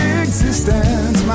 existence